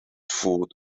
food